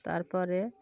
তার পরে